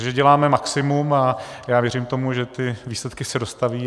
Takže děláme maximum a já věřím tomu, že výsledky se dostaví.